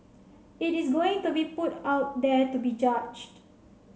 it is going to be put out there to be judged